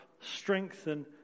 strengthen